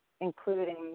including